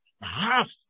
half